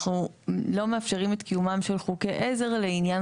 אנחנו לא מאפשרים את קיומם של חוקי עזר לעניין